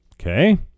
Okay